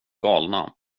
galna